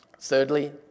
Thirdly